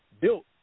built